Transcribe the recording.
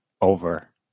over